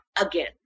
again